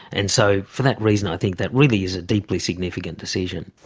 and so for that reason i think that really is a deeply significant decision.